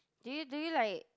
do you do you like